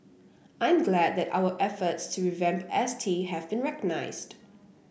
I'm glad that our efforts to revamp S T have been recognised